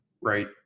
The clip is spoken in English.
right